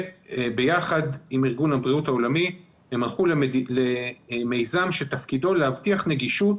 ביחד עם ארגון הבריאות העולמי הן הלכו למיזם שתפקידו להבטיח נגישות